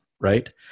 right